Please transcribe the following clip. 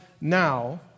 now